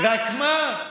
רק מה?